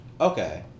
Okay